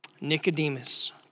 Nicodemus